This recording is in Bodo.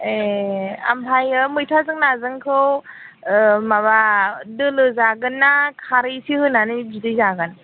ए ओमफ्राय मैथाजों नाजोंखौ माबा दोलो जागोनना खारै एसे होनानै बिदै जागोन